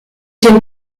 den